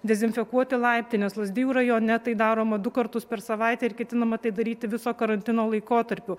dezinfekuoti laiptines lazdijų rajone tai daroma du kartus per savaitę ir ketinama tai daryti viso karantino laikotarpiu